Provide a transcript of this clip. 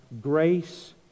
grace